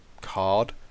card